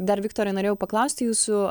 dar viktorai norėjau paklausti jūsų